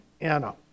Anna